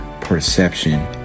Perception